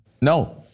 no